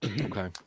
Okay